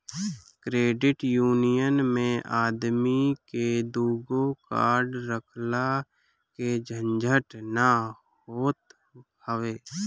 credit union मे आदमी के दूगो कार्ड रखला के झंझट ना होत हवे